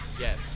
Yes